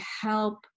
help